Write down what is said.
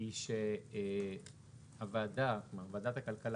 היא שוועדת הכלכלה,